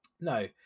No